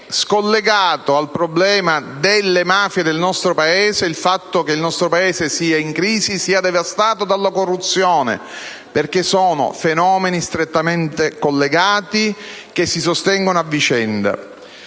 scollegato dal problema delle mafie il fatto che il nostro Paese sia in crisi e sia devastato dalla corruzione, perché sono fenomeni strettamente connessi, che si sostengono a vicenda.